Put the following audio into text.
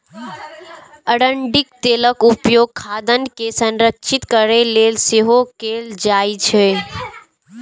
अरंडीक तेलक उपयोग खाद्यान्न के संरक्षित करै लेल सेहो कैल जाइ छै